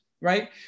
right